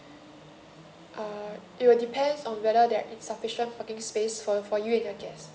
uh it will depends on whether there is sufficient parking space for for you and your guests